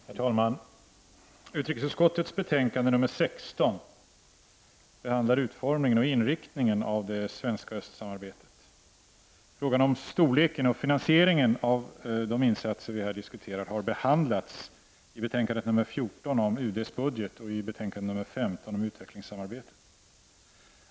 Herr talman! Utrikesutskottets betänkande 16 behandlar utformningen och inriktningen av det svenska östsamarbetet. Frågan om storleken och finansieringen av de insatser som vi här diskuterar har behandlats i betänkande 14 om UD:s budget och i betänkande 15 om utvecklingssamarbetet.